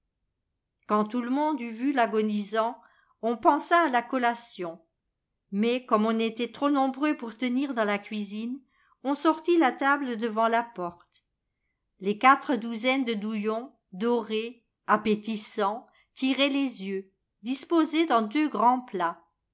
quand tout le monde eut vu l'agonisant on pensa à la collation mais comme on était trop nombreux pour tenir dans la cuisine on sortit la table devant la porte les quatre douzaines de douillons dorés appétissants tiraient les yeux disposés dans deux grands f lats